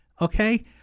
Okay